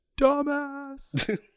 dumbass